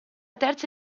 terza